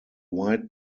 white